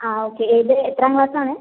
ആ ഓക്കെ ഏത് എത്രാം ക്ലാസ്സ് ആണ്